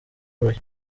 royal